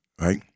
right